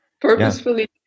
purposefully